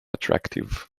attractive